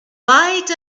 light